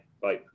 Bye